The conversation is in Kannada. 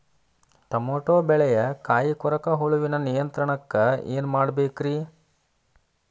ಟಮಾಟೋ ಬೆಳೆಯ ಕಾಯಿ ಕೊರಕ ಹುಳುವಿನ ನಿಯಂತ್ರಣಕ್ಕ ಏನ್ ಮಾಡಬೇಕ್ರಿ?